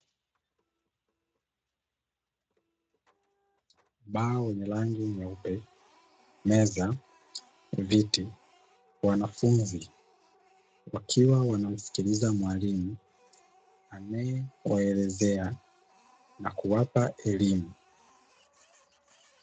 Ubao wenye rangi nyeupe, meza, viti na wanafunzi wakiwa wanamskiliza mwalimu anaewaelezea na kuwapa elimu.